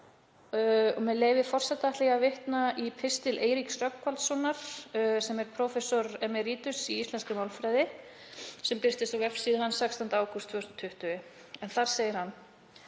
með leyfir forseta, að vitna í pistil Eiríks Rögnvaldssonar, sem er prófessor emerítus í íslenskri málfræði, sem birtist á vefsíðu hans 16. ágúst 2020. Þar segir hann: